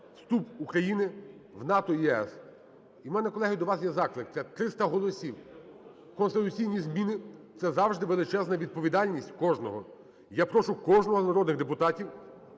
вступ України в Нато і ЄС. І в мене, колеги, до вас є заклик, це 300 голосів, конституційні зміни – це завжди величезна відповідальність кожного. Я прошу кожного з народних депутатів